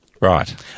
Right